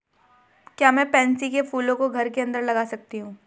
क्या मैं पैंसी कै फूलों को घर के अंदर लगा सकती हूं?